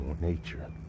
nature